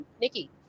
Nikki